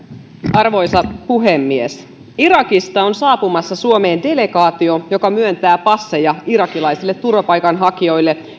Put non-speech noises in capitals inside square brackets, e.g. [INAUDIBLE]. arvoisa puhemies irakista on saapumassa suomeen delegaatio joka myöntää passeja irakilaisille turvapaikanhakijoille [UNINTELLIGIBLE]